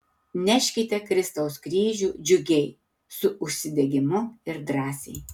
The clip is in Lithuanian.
neškite kristaus kryžių džiugiai su užsidegimu ir drąsiai